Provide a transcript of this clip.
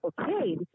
okay